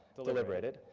deliberated.